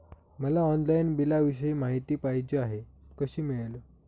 मला ऑनलाईन बिलाविषयी माहिती पाहिजे आहे, कशी मिळेल?